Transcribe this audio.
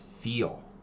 feel